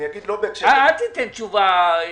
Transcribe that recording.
אל תיתן תשובה מקובעת.